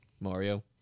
Mario